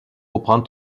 reprend